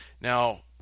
now